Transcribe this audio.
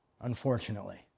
Unfortunately